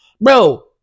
Bro